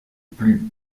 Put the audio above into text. plus